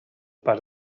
pas